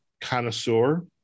connoisseur